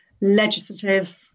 legislative